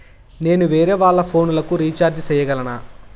నేను వేరేవాళ్ల ఫోను లకు రీచార్జి సేయగలనా?